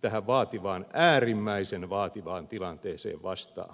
tähän vaativaan äärimmäisen vaativaan tilanteeseen vastaamaan